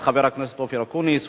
את חבר הכנסת אופיר אקוניס,